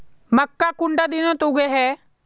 मक्का कुंडा दिनोत उगैहे?